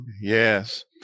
yes